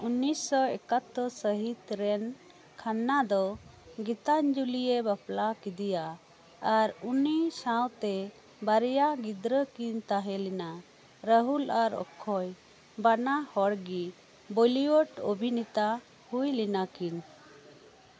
ᱩᱱᱤᱥᱥᱚ ᱮᱠᱟᱛᱛᱳᱨ ᱥᱟᱹᱦᱤᱛ ᱨᱮᱱ ᱠᱷᱟᱱᱱᱟ ᱫᱚ ᱜᱤᱛᱟᱧᱡᱚᱞᱤᱭᱟᱹ ᱵᱟᱯᱞᱟ ᱠᱮᱫᱮᱭᱟ ᱟᱨ ᱩᱱᱤ ᱥᱟᱶᱛᱮ ᱵᱟᱨᱭᱟ ᱜᱤᱫᱽᱨᱟᱹ ᱠᱤᱱ ᱛᱟᱦᱮᱸ ᱞᱮᱱᱟ ᱨᱟᱦᱩᱞ ᱟᱨ ᱚᱠᱠᱷᱚᱭ ᱵᱟᱱᱟ ᱦᱚᱲ ᱜᱮ ᱵᱚᱞᱤᱣᱩᱰ ᱚᱵᱷᱤᱱᱮᱛᱟ ᱦᱩᱭ ᱞᱮᱱᱟ ᱠᱤᱱ